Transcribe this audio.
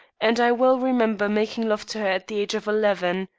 and i well remember making love to her at the age of eleven.